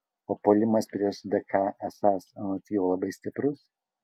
o puolimas prieš dk esąs anot jo labai stiprus